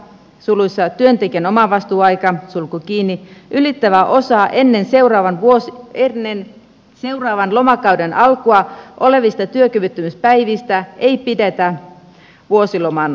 suluissa työntekijän omavastuuaikaa lukot kiinni ylittävää osaa ennen seuraavan lomakauden alkua olevista työkyvyttömyyspäivistä ei pidetä vuosilomana